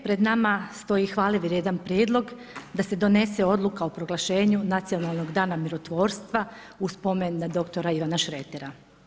Pred nama stoji hvale vrijedan prijedlog da se donese odluka o proglašenju nacionalnog dana mirotvorstva u spomen na dr. Ivana Šretera.